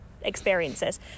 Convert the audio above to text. Experiences